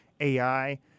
AI